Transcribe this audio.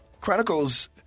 chronicles